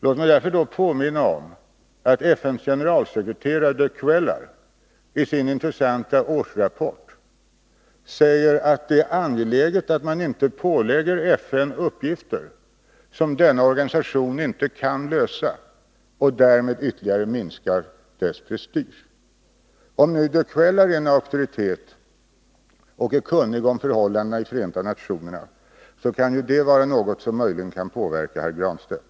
Låt mig därför påminna om att FN:s generalsekreterare de Cuellar i sin intressanta årsrapport säger att det är angeläget att man inte pålägger FN uppgifter som denna organisation inte kan lösa och därmed ytterligare minskar dess prestige. Att de Cuellar är en auktoritet och är kunnig om förhållandena i Förenta nationerna kan vara något som möjligen kan påverka herr Granstedt.